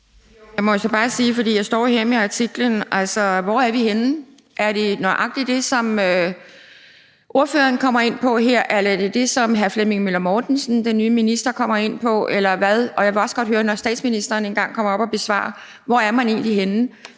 Jeg må bare sige, at jeg står her med artiklen. Altså, hvor er vi henne? Er det nøjagtigt det, som ordføreren kommer ind på her? Eller er det det, som hr. Flemming Møller Mortensen, den nye minister, kommer ind på, eller hvad? Og jeg vil også godt høre, når statsministeren engang kommer op og afrunder, hvor man egentlig er henne.